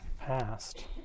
passed